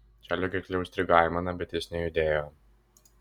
čarlio gerklėje užstrigo aimana bet jis nejudėjo